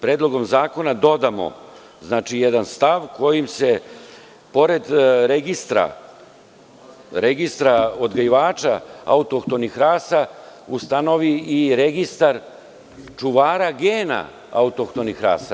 Predloga zakona dodamo jedan stav kojim se pored registra odgajivača autohtonih rasa ustanovi i registar čuvara gena autohtonih rasa.